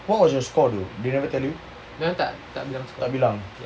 what was your score though they never tell you tak bilang